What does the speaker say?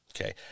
okay